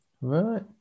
Right